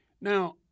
Now